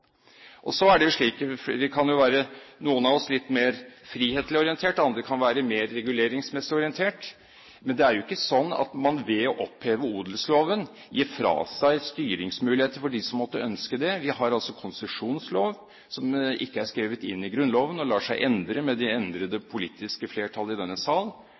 Så er det slik at noen av oss kan være litt mer frihetsorientert, andre kan være mer reguleringsmessig orientert, men det er jo ikke sånn at man ved å oppheve odelsloven gir fra seg styringsmuligheter for de som måtte ønske det. Vi har altså en konsesjonslov som ikke er skrevet inn i Grunnloven, og som lar seg endre med det endrede politiske flertallet i denne sal.